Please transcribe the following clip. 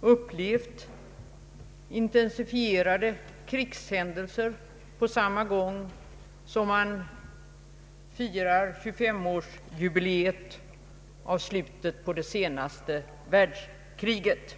upplevt intensifierade krigshändelser på samma gång som man firar 25-årsiubileet av slutet på det senaste världskriget.